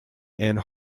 and